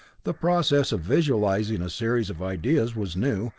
the process of visualizing a series of ideas was new,